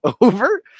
over